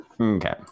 Okay